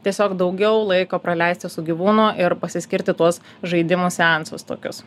tiesiog daugiau laiko praleisti su gyvūnu ir pasiskirti tuos žaidimų seansus tokius